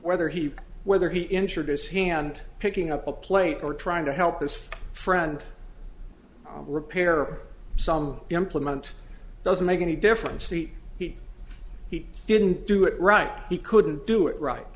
whether he whether he injured his hand picking up a plate or trying to help this friend repair some implement doesn't make any difference he he he didn't do it right he couldn't do it right